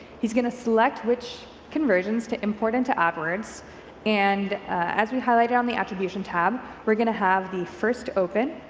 he's going to select which conversions to import into adwords and as we highlighted on the attribution tab, we're going to have the first open,